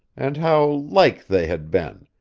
and how like they had been,